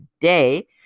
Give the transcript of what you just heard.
today